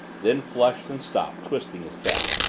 then flushed and stopped, twisting his cap.